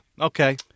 Okay